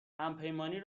همپیمانی